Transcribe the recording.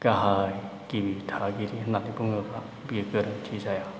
गाहाय गिबि थागिबि होननानै बुङोब्ला बेयो गोरोन्थि जाया